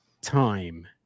time